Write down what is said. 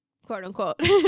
quote-unquote